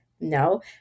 No